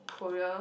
Korea